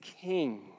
king